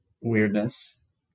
weirdness